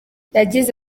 yagize